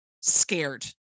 scared